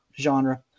genre